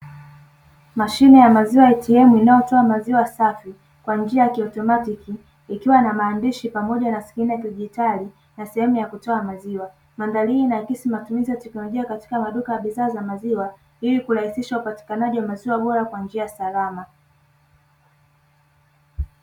Mashine ya maziwa ya "ATM", inayotoa maziwa safi kwa njia ya kiautomatiki ikiwa na maandishi pamoja na skirini ya kidigitali pamoja na sehemu ya kutolea maziwa, mandhari hii inaakisi matumizi ya teknolojia katika sehemu ya utoaji wa maziwa ili kurahisisha upatikanaji wa maziwa bora kwa njia salama.